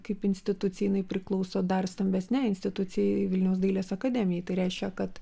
kaip institucija jinai priklauso dar stambesnei institucijai vilniaus dailės akademijai tai reiškia kad